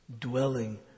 dwelling